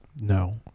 no